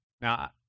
Now